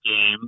game